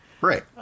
Right